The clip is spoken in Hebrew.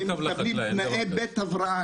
הם מקבלים תנאי בית הבראה.